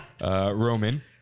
Roman